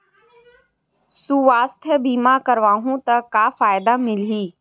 सुवास्थ बीमा करवाहू त का फ़ायदा मिलही?